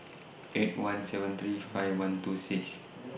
eight one seven three five one two six